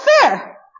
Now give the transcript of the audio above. fair